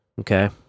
Okay